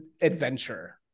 adventure